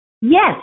Yes